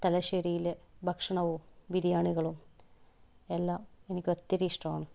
തലശ്ശേരിയിലെ ഭക്ഷണവും ബിരിയാണികളും എല്ലാം എനിക്കൊത്തിരി ഇഷ്ടമാണ്